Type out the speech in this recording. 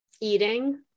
eating